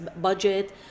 budget